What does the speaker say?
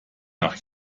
nach